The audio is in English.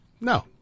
No